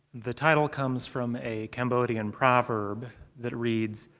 the title comes from a cambodian proverb that reads,